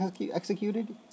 executed